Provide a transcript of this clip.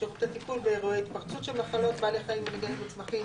שירותי טיפול באירועי התפרצות של מחלות בעלי חיים ונגעים בצמחים,